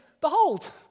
behold